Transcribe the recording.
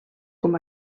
com